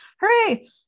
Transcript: hooray